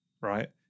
right